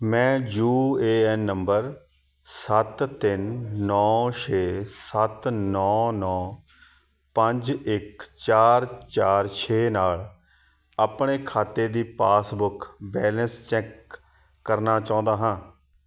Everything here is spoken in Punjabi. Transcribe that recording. ਮੈਂ ਯੂ ਏ ਐਨ ਨੰਬਰ ਸੱਤ ਤਿੰਨ ਨੌਂ ਛੇ ਸੱਤ ਨੌਂ ਨੌਂ ਪੰਜ ਇੱਕ ਚਾਰ ਚਾਰ ਛੇ ਨਾਲ ਆਪਣੇ ਖਾਤੇ ਦੀ ਪਾਸਬੁੱਕ ਬੈਲੇਂਸ ਚੈੱਕ ਕਰਨਾ ਚਾਹੁੰਦਾ ਹਾਂ